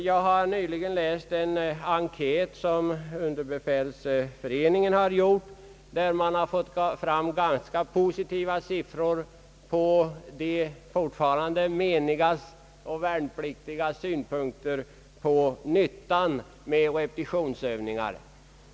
Jag läste nyligen en enkät som underbefälsföreningen gjort och som redovisat ganska positiva siffror när det gäller de »menigas» och värnpliktigas synpunkter på nyttan med repitionsövningar.